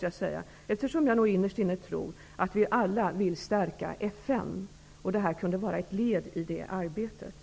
Jag tror innerst inne att vi alla vill stärka FN. Detta hade kunnat vara ett led i det arbetet.